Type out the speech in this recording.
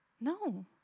No